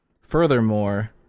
Furthermore